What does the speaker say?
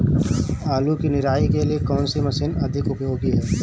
आलू की निराई के लिए कौन सी मशीन अधिक उपयोगी है?